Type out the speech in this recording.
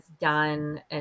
done